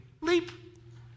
leap